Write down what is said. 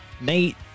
Nate